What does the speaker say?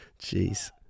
jeez